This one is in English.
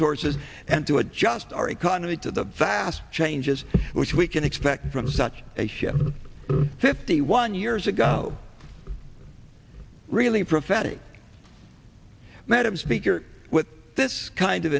sources and to adjust our economy to the vast changes which we can expect from such a ship fifty one years ago really prophetic madam speaker with this kind of